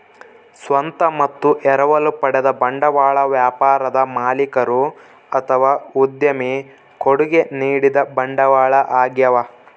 ಸ್ವಂತ ಮತ್ತು ಎರವಲು ಪಡೆದ ಬಂಡವಾಳ ವ್ಯಾಪಾರದ ಮಾಲೀಕರು ಅಥವಾ ಉದ್ಯಮಿ ಕೊಡುಗೆ ನೀಡಿದ ಬಂಡವಾಳ ಆಗ್ಯವ